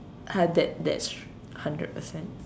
uh that that's hundred percent